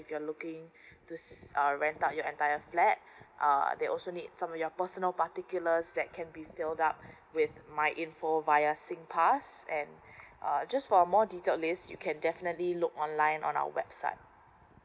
if you are looking to rent out your entire flat uh they also need from your personal particulars that can be filled up with myinfo via singpass and err just for more details list you can definitely look online on our website